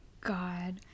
God